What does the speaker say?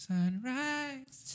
Sunrise